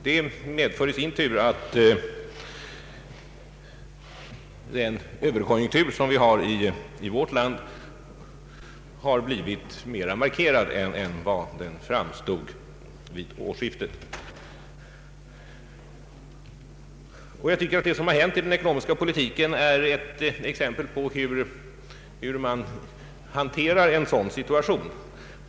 Det medför i sin tur att den överkonjunktur som råder i vårt land har blivit mera markerad än den var vid årsskiftet. Det som har hänt i den ekonomiska politiken är ett exempel på hur man hanterar en sådan situation.